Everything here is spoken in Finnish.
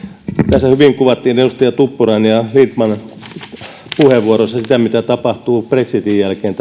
tässä hyvin kuvattiin edustajien tuppurainen ja lindtman puheenvuoroissa sitä mitä on tapahtumassa brexitin jälkeen